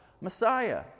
Messiah